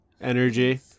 energy